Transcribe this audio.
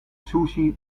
sushi